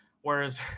Whereas